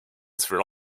sri